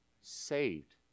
saved